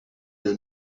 your